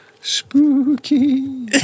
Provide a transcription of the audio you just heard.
Spooky